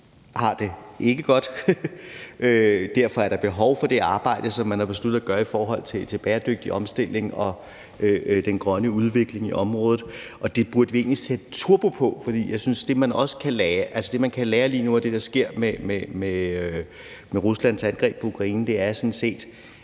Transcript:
har det ikke godt, og derfor er der behov for det arbejde, som man har besluttet at gøre i forhold til en bæredygtig omstilling og den grønne udvikling i området, og det burde vi egentlig sætte turbo på. For jeg synes, at det, man kan lære lige nu af det, der sker med Ruslands angreb på Ukraine, sådan set